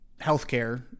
healthcare